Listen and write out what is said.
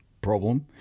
problem